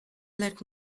let